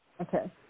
Okay